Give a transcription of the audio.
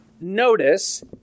notice